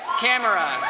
camera.